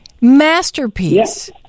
masterpiece